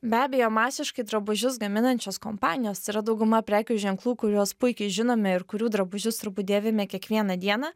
be abejo masiškai drabužius gaminančios kompanijos tai yra dauguma prekių ženklų kuriuos puikiai žinome ir kurių drabužius turbūt dėvime kiekvieną dieną